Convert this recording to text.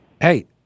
Hey